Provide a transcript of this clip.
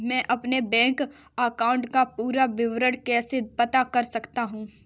मैं अपने bank account का पूरा विवरण कैसे पता कर सकता हूँ?